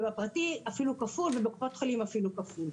ובפרטי אפילו כפול ובקופות החולים אפילו כפול.